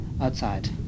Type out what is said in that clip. outside